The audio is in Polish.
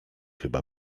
chyba